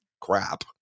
crap